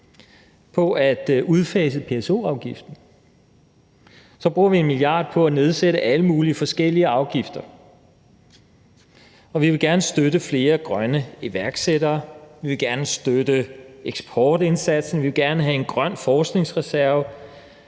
på at udfase PSO-afgiften; så bruger vi 1 mia. kr. på at nedsætte alle mulige forskellige afgifter; vi vil gerne støtte flere grønne iværksættere; vi vil gerne støtte eksportindsatsen; vi vil gerne have en grøn forskningsreserve;